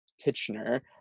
Kitchener